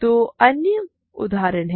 दो अन्य उदाहरण हैं